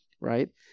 right